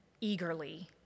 eagerly